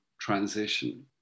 transition